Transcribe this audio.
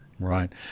Right